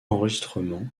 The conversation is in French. enregistrement